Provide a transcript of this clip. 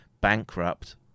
bankrupt